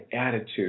attitude